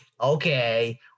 Okay